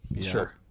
sure